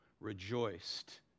Rejoiced